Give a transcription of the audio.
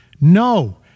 No